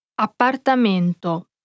Appartamento